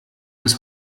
bis